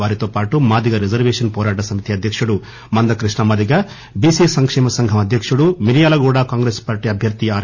వారితో పాటు మాదిగ రిజర్వేషన్ పోరాట సమితి అధ్యకుడు మంద కృష్ణ మాదిగ బిసి సంకేమ సంఘం అధ్యకుడు మిర్యాలగూడ కాంగ్రెస్ పార్టీ అభ్యర్ది ఆర్